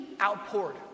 outpoured